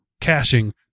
caching